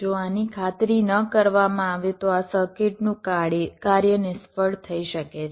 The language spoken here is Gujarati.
જો આની ખાતરી ન કરવામાં આવે તો આ સર્કિટનું આ કાર્ય નિષ્ફળ થઈ શકે છે